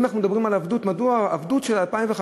אם אנחנו מדברים על עבדות, מדוע עבדות של 2015?